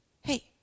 Hey